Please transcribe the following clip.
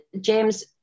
James